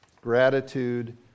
Gratitude